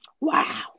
Wow